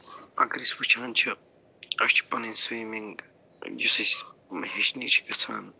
اگر أسۍ وٕچھان چھِ أسۍ چھِ پنٕنۍ سِومنٛگ یُس أسۍ ہیٚچھِنہِ چھِ گَژھان